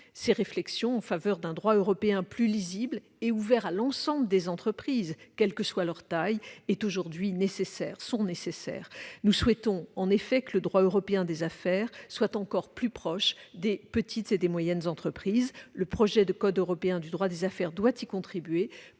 Ces réflexions en faveur d'un droit européen plus lisible et ouvert à l'ensemble des entreprises, quelle que soit leur taille, sont nécessaires. Nous souhaitons en effet que le droit européen des affaires soit encore plus proche des petites et moyennes entreprises. Le projet de code européen de droit des affaires doit y contribuer,